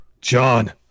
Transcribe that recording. John